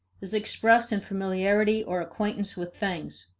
is expressed in familiarity or acquaintance with things.